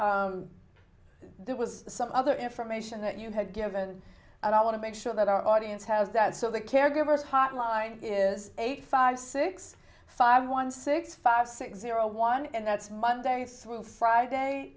there was some other information that you had given and i want to make sure that our audience has that so the caregiver hotline is eight five six five one six five six zero one and that's monday through friday